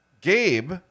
Gabe